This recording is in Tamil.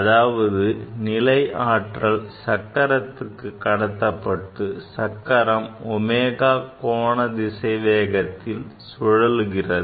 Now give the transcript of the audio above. அதாவது நிலை ஆற்றல் சக்கரத்துக்கு கடத்தப்பட்டு சக்கரம் omega கோண திசை வேகத்தில் சுழல்கிறது